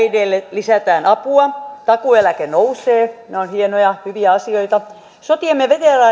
lisätään apua takuueläke nousee nämä ovat hienoja hyviä asioita sotiemme veteraanien